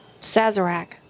Sazerac